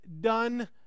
done